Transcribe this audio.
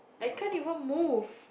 I can't even move